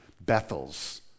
Bethels